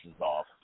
off